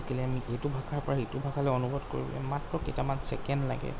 কেলেই আমি এইটো ভাষাৰপৰা সেইটো ভাষালৈ অনুবাদ কৰিবলৈ মাত্ৰ কেইটামান ছেকেণ্ড লাগে